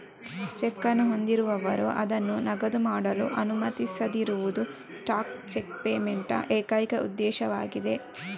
check ಅನ್ನು ಹೊಂದಿರುವವರು ಅದನ್ನು ನಗದು ಮಾಡಲು ಅನುಮತಿಸದಿರುವುದು ಸ್ಟಾಪ್ ಚೆಕ್ ಪೇಮೆಂಟ್ ನ ಏಕೈಕ ಉದ್ದೇಶವಾಗಿದೆ